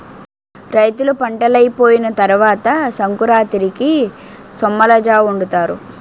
రైతులు పంటలైపోయిన తరవాత సంకురాతిరికి సొమ్మలజావొండుతారు